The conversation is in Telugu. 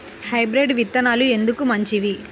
హైబ్రిడ్ విత్తనాలు ఎందుకు మంచివి?